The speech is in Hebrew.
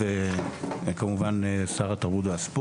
חלק יותר מהר,